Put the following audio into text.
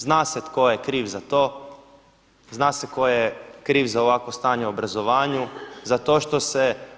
Zna se tko je kriv za to, zna se tko je kriv za ovakvo stanje u obrazovanju, za to što se.